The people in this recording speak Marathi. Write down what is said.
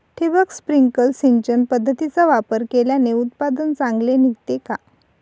ठिबक, स्प्रिंकल सिंचन पद्धतीचा वापर केल्याने उत्पादन चांगले निघते का?